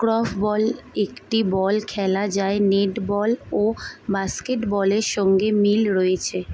korfball একটি বল খেলা যার নেটবল ও বাস্কেটবলের সঙ্গে মিল রয়েছে